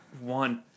one